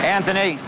Anthony